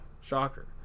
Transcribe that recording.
shocker